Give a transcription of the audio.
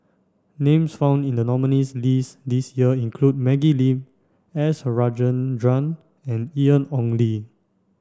names found in the nominees list this year include Maggie Lim S Rajendran and Ian Ong Li